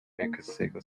mexico